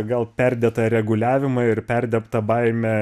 gal perdėtą reguliavimą ir perdirbtą baimę